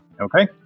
Okay